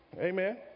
Amen